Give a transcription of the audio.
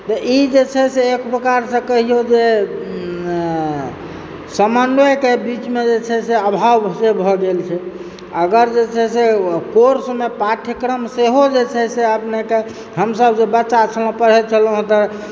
तऽई जे छै से एक प्रकार से कहियो जे समन्वयके बीचमे जे छै से अभाव से भऽ गेल छै अगर जे छै से कोर्समे पाठ्यक्रम सेहो जे छै से अपने के हमसब जे बच्चा छलहुॅं पढ़ै छलहुॅं तऽ